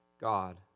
God